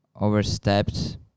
overstepped